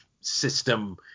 system